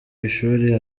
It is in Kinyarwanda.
ishuri